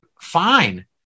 fine